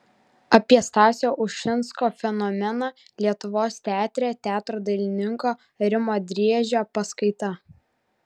apie stasio ušinsko fenomeną lietuvos teatre teatro dailininko rimo driežio paskaita